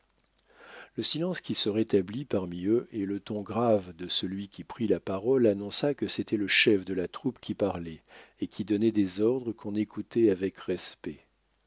le silence se rétablit parmi eux et le ton grave de celui qui prit la parole annonça que c'était le chef de la troupe qui parlait et qui donnait des ordres qu'on écoutait avec respect